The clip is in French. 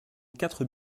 quatre